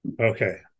Okay